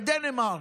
בדנמרק.